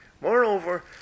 Moreover